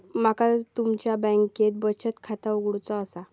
माका तुमच्या बँकेत बचत खाता उघडूचा असा?